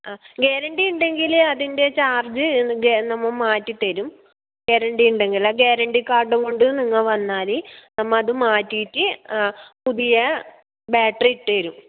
അ guarantee ഉണ്ടെങ്കിൽ അതിൻ്റെ charge നമ്മൾ മാറ്റിത്തരും ഗ്യാരന്റി ഉണ്ടെങ്കിൽ ആ ഗ്യാരണ്ടി കാർഡും കൊണ്ട് നിങ്ങൾ വന്നാല് നമ്മൾ അത് മാറ്റിയിട്ട് പുതിയ ബാറ്ററി ഇട്ട് തരും